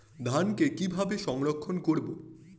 ধানকে কিভাবে সংরক্ষণ করব?